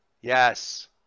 yes